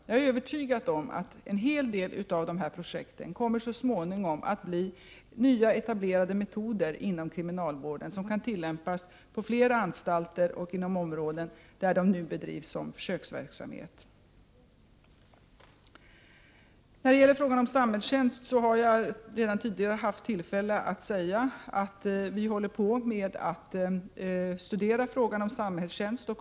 Jag är övertygad om att en hel del av dessa projekt så småningom kommer att bli nya etablerade metoder inom kriminalvården som kan tillämpas på flera anstalter och inom områden där de nu bedrivs som försöksverksamhet. Jag har tidigare haft tillfälle att säga att vi håller på att studera frågan om samhällstjänst.